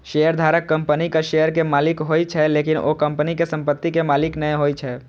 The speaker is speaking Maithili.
शेयरधारक कंपनीक शेयर के मालिक होइ छै, लेकिन ओ कंपनी के संपत्ति के मालिक नै होइ छै